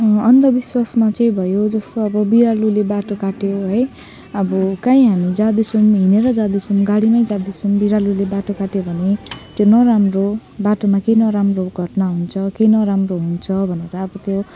अन्धविश्वासमा चाहिँ भयो जस्तो अब बिरालोले बाटो काट्यो है अब काहीँ हामी जाँदैछौँ हिँडेर जाँदैछौँ गाडीमै जाँदैछौँ बिरालोले बाटो काट्यो भने त्यो नराम्रो बाटोमा केही नराम्रो घटना हुन्छ केही नराम्रो हुन्छ भनेर अब त्यो